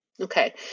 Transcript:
Okay